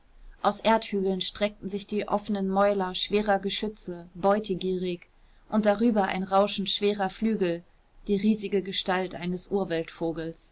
aus erdhügeln streckten sich die offenen mäuler schwerer geschütze beutegierig und darüber ein rauschen schwerer flügel die riesige gestalt eines